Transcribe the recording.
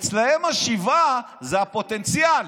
אצלם השבעה זה הפוטנציאל,